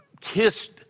kissed